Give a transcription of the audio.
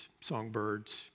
songbirds